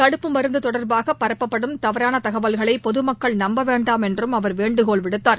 தடுப்புப்மருந்து தொடர்பாக பரப்பப்படும் தவறான தகவல்களை பொதுமக்கள் நம்பவேண்டாம் என்றும் அவர் வேண்டுகோள் விடுத்தார்